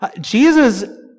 Jesus